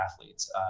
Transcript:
athletes